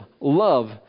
Love